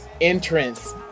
entrance